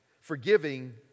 forgiving